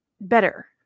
better